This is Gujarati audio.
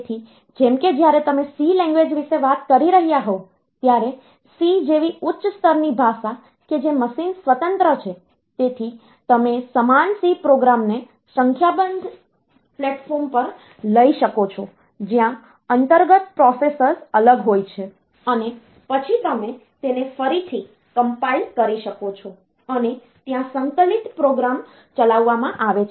તેથી જેમ કે જ્યારે તમે C લેંગ્વેજ વિશે વાત કરી રહ્યા હોવ ત્યારે C જેવી ઉચ્ચ સ્તરની ભાષા કે જે મશીન સ્વતંત્ર છે તેથી તમે સમાન C પ્રોગ્રામને સંખ્યાબંધ પ્લેટફોર્મ્સ પર લઈ શકો છો જ્યાં અંતર્ગત પ્રોસેસર્સ અલગ હોય છે અને પછી તમે તેને ફરીથી કમ્પાઈલ કરી શકો છો અને ત્યાં સંકલિત પ્રોગ્રામ ચલાવવામાં આવે છે